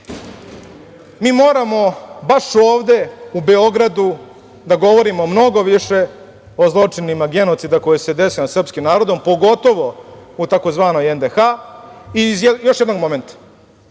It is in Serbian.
Mi moramo baš ovde u Beogradu da govorimo mnogo više o zločinima genocida koji se desio nad srpskim narodom pogotovo u tzv. NDH i iz još jednog momenta.U